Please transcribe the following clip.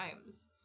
times